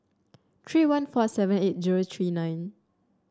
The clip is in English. three one four seven eight zero three nine